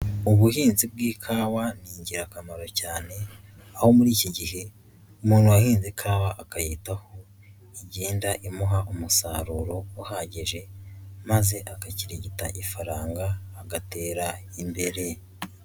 Ubuhinzi bw'ikawa ni ingirakamaro cyane, aho muri iki gihe umuntu wahinze ikawa akayitaho igenda imuha umusaruro uhagije maze akakirigita ifaranga agatera imbere.